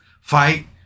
fight